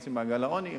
יוצאים ממעגל העוני,